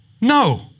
No